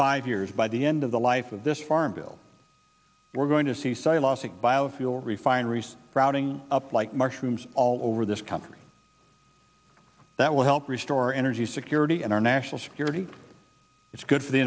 five years by the end of the life of this farm bill we're going to see silencing biofuel refineries crowding up like mushrooms all over this country that will help restore energy security and our national security it's good